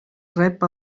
rep